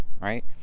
right